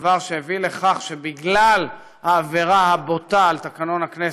דבר שהביא לכך שבגלל העבירה הבוטה על תקנון הכנסת,